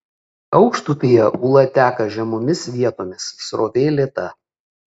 aukštupyje ūla teka žemomis vietomis srovė lėta